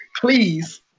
Please